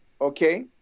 okay